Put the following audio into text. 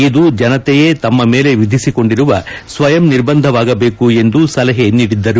ಇದು ಜನತೆಯೇ ತಮ್ನ ಮೇಲೆ ವಿಧಿಸಿಕೊಂಡಿರುವ ಸ್ವಯಂ ನಿರ್ಬಂಧವಾಗಬೇಕು ಎಂದು ಸಲಹೆ ನೀಡಿದ್ದರು